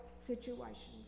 situations